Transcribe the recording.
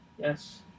Yes